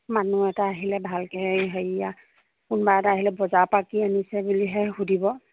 মানুহ এটা আহিলে ভালকৈ হেৰিয়া কোনোবা এটা আহিলে বজাৰৰ পৰা কি আনিছে বুলিহে সুধিব